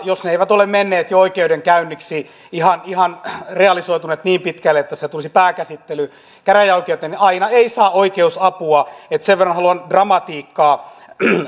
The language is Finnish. jos ne eivät ole menneet jo oikeudenkäynniksi eivät ole ihan realisoituneet niin pitkälle että siitä tulisi pääkäsittely käräjäoikeuteen ei saa oikeusapua että sen verran haluan dramatiikkaa